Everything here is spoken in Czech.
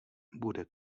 bude